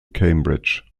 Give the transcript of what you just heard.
cambridge